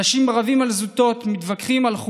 אנשים רבים מתווכחים על זוטות,